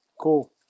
cool